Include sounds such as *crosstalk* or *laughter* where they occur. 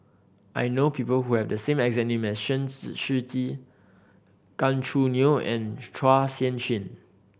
I know people who have the same exact name as *unintelligible* Shiji Gan Choo Neo and Chua Sian Chin